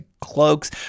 cloaks